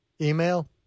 Email